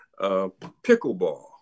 pickleball